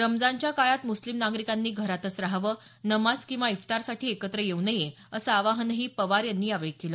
रमजानच्या काळात मुस्लिम नागरिकांनी घरातच राहावं नमाज किंवा इफ्तारसाठी एकत्र येऊ नये असं आवाहनही पवार यांनी यावेळी केलं